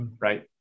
right